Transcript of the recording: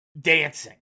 dancing